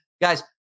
Guys